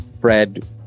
Fred